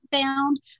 found